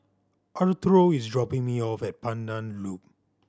Arturo is dropping me off at Pandan Loop